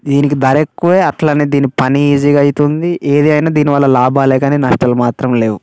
దీనికి ధరెక్కువే అట్లనే దీని పని ఈజీగా అయితుంది ఏదైనా దీని వల్ల లాభాలే గానీ నష్టాలు మాత్రం లేవు